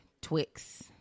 Twix